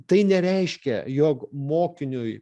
tai nereiškia jog mokiniui